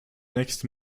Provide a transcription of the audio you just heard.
next